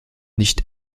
nicht